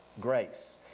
grace